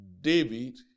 David